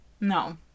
No